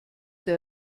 der